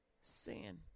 Sin